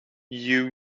you